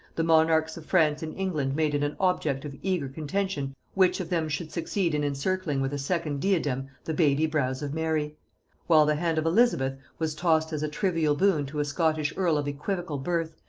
the monarchs of france and england made it an object of eager contention which of them should succeed in encircling with a second diadem the baby brows of mary while the hand of elizabeth was tossed as a trivial boon to a scottish earl of equivocal birth,